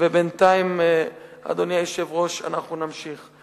ובינתיים, אדוני היושב-ראש, אנחנו נמשיך.